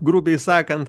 grubiai sakant